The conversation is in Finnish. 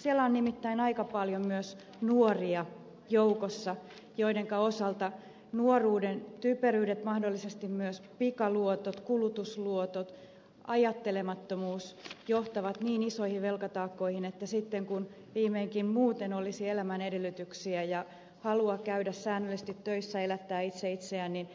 siellä on nimittäin aika paljon myös nuoria joukossa joidenka osalta nuoruuden typeryydet mahdollisesti myös pikaluotot kulutusluotot ajattelemattomuus johtavat niin isoihin velkataakkoihin että sitten kun viimeinkin muuten olisi elämän edellytyksiä ja halua käydä säännöllisesti töissä elättää itse itseään niin